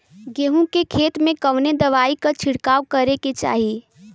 गेहूँ के खेत मे कवने दवाई क छिड़काव करे के चाही?